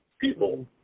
people